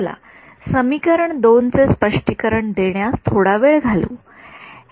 चला समीकरण २ चे स्पष्टीकरण देण्यास थोडा वेळ घालवू या